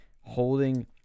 holding